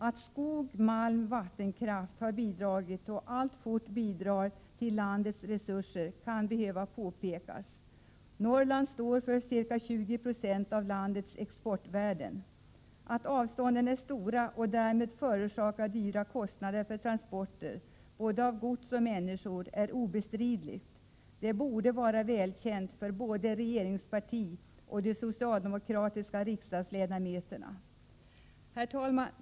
Att skog, malm och vattenkraft har bidragit och alltfort bidrar till landets resurser kan behöva påpekas. Norrland står för ca 20 96 av landets exportvärden. Att avstånden är stora och därmed förorsakar stora kostnader för transporter av både gods och människor är obestridligt. Det borde vara välkänt för både regeringen och de socialdemokratiska riksdagsledamöterna. Herr talman!